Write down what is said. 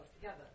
together